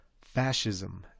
Fascism